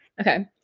okay